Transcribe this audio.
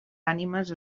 ànimes